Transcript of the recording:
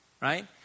Right